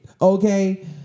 Okay